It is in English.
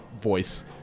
voice